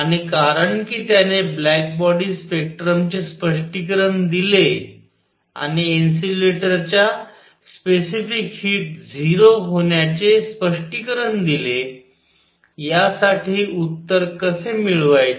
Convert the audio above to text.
आणि कारण कि त्याने ब्लॅक बॉडी स्पेक्ट्रमचे स्पष्टीकरण दिले आणि इन्सुलेटरच्या स्पेसिफिक हीट 0 होण्याचे स्पष्टीकरण दिले यासाठी उत्तर कसे मिळवायचे